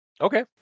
Okay